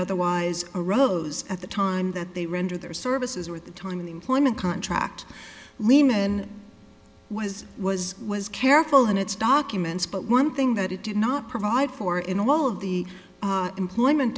otherwise arose at the time that they render their services or at the time in the employment contract lehman was was was careful in its documents but one thing that it did not provide for in all the employment